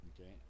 Okay